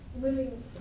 living